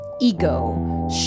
Ego